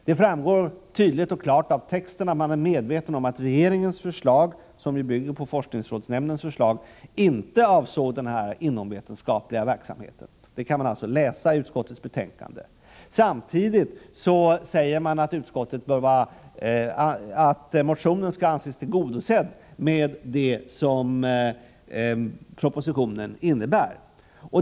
Det framgår tydligt och klart av texten att man är medveten om att regeringens förslag, som i sin tur bygger på forskningsrådsnämndens förslag, inte avsåg den inomvetenskapliga verksamheten. Det kan man alltså läsa i utskottets betänkande. Samtidigt säger man att motionen skall anses tillgodosedd med det som propositionen innebär.